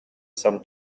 some